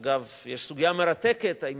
אגב, יש סוגיה מרתקת אם